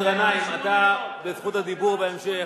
חבר הכנסת גנאים, אתה ברשות הדיבור בהמשך.